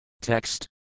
Text